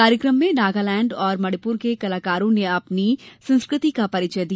कार्यक्रम में नागालैंड और मणिपुर के कलाकारों ने अपनी संस्कृति का परिचय दिया